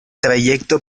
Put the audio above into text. trayecto